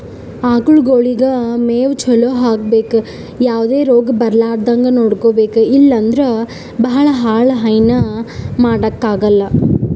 ಆಕಳಗೊಳಿಗ್ ಮೇವ್ ಚಲೋ ಹಾಕ್ಬೇಕ್ ಯಾವದೇ ರೋಗ್ ಬರಲಾರದಂಗ್ ನೋಡ್ಕೊಬೆಕ್ ಇಲ್ಲಂದ್ರ ಭಾಳ ಹಾಲ್ ಹೈನಾ ಮಾಡಕ್ಕಾಗಲ್